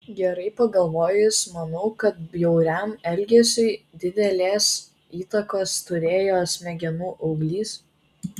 gerai pagalvojus manau kad bjauriam elgesiui didelės įtakos turėjo smegenų auglys